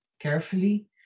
Carefully